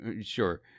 Sure